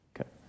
Okay